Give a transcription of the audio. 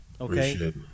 Okay